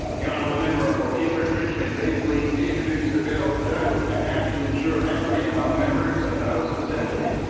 the honourable member for cape breton-richmond begs leave to introduce a bill entitled an act to ensure equity among members of the house of assembly.